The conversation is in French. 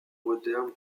moderne